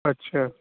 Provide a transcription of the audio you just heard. اچھا